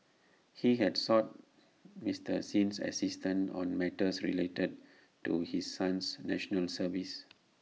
he had sought Mister Sin's assistant on matters related to his son's National Service